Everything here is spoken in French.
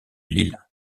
lille